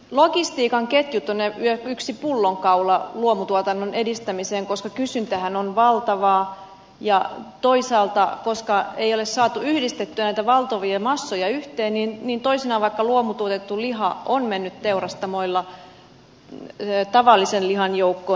logistiikan ketjut ovat yksi pullonkaula luomutuotannon edistämisessä koska kysyntähän on valtavaa ja toisaalta koska ei ole saatu yhdistettyä näitä valtavia massoja yhteen toisinaan vaikkapa luomutuotettu liha on mennyt teurastamoilla tavallisen lihan joukkoon